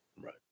right